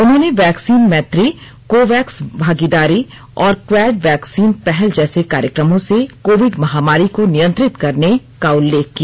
उन्होंने vaccine Maitri COVAX भागीदारी और क्वैड वैक्सीन पहल जैसे कार्यक्रमों से कोविड महामारी को नियंत्रित करने करने का उल्लेख किया